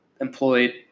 employed